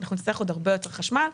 אנחנו נצטרך עוד הרבה יותר חשמל,